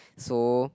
so